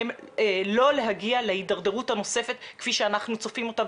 כיוון שלא מתקבל על הדעת שאנחנו נהיה במצב הזה